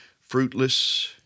fruitless